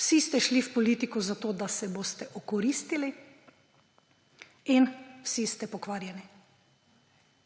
vsi ste šli v politiko zato, da se boste okoristili, in vsi ste pokvarjeni.